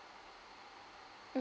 mm